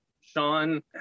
Sean